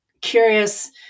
curious